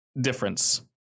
difference